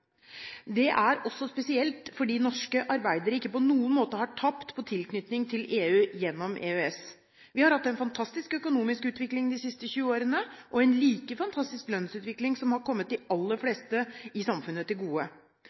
Det er også spesielt, fordi norske arbeidere ikke på noen måte har tapt på tilknytning til EU gjennom EØS. Vi har hatt en fantastisk økonomisk utvikling de siste 20 årene, og en like fantastisk lønnsutvikling som har kommet de aller fleste i samfunnet til gode.